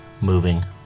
moving